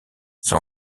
son